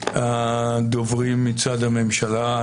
הדוברים מצד הממשלה.